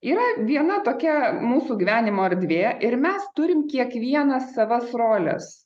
yra viena tokia mūsų gyvenimo erdvė ir mes turim kiekvienas savas roles